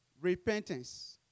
Repentance